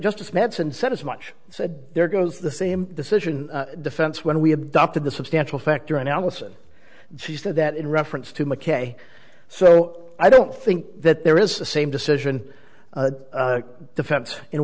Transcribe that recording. justice madsen said as much said there goes the same decision defense when we adopted the substantial factor in allison she said that in reference to mckay so i don't think that there is a same decision defense in